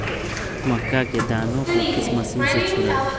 मक्का के दानो को किस मशीन से छुड़ाए?